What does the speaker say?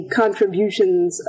contributions